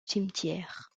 cimetière